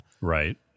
Right